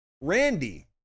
Randy